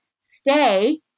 stay